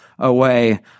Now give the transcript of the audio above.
away